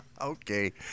Okay